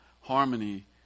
harmony